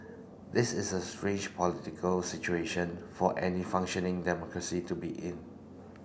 this is a strange political situation for any functioning democracy to be in